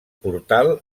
portal